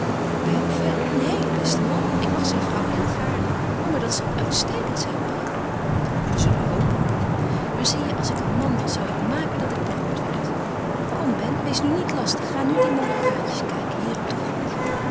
bij hovel een heele beste man ik mag zijn vrouw heel gaarne o maar dat zal uitstekend zijn paul we zullen hopen maar zie je als ik een man was zou ik maken dat ik beroemd werd kom ben wees nu niet lastig ga nu de mooie plaatjes kijken hier op den grond